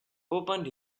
opened